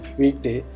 weekday